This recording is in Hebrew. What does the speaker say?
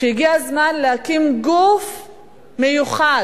שהגיע הזמן להקים גוף מיוחד